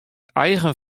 eigen